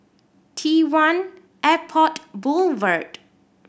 T One Airport Boulevard